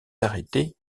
arrêtée